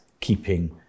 keeping